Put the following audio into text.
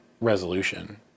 resolution